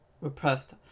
repressed